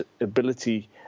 ability